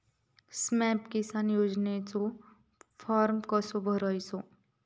स्माम किसान योजनेचो फॉर्म कसो भरायचो?